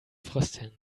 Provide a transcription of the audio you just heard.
frösteln